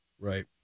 Right